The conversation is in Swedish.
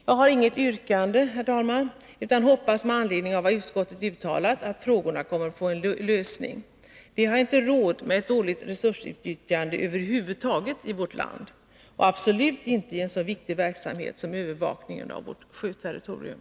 Jag har inget yrkande, herr talman, utan hoppas med anledning av vad utskottet uttalat att frågorna kommer att få en lösning. Vi har inte råd med ett dåligt resursutnyttjande över huvud taget i vårt land och absolut inte i en så viktig verksamhet som övervakningen av vårt sjöterritorium.